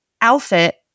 outfit